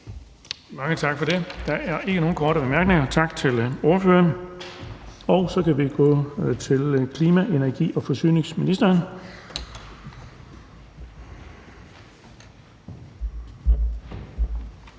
Mange tak for det. Der er ikke nogen korte bemærkninger. Tak til ordføreren. Så kan vi gå videre til klima-, energi- og forsyningsministeren.